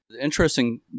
Interesting